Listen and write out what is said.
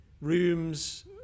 rooms